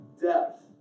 depth